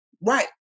right